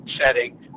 setting